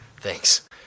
Thanks